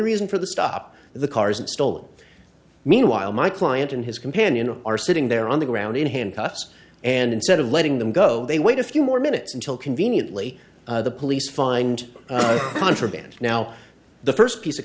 reason for the stop the cars and stolen meanwhile my client and his companion are sitting there on the ground in handcuffs and instead of letting them go they wait a few more minutes until conveniently the police find contraband now the first piece of